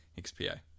XPA